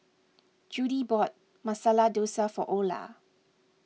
Judie bought Masala Dosa for Ola